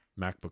MacBook